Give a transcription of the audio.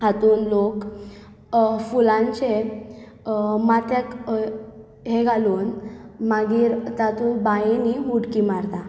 हातूंत लोक फुलांचें माथ्याक हें घालून मागीर तातूंत बायेंत उडकी मारतात